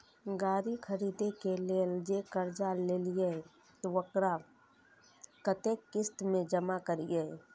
गाड़ी खरदे के लेल जे कर्जा लेलिए वकरा कतेक किस्त में जमा करिए?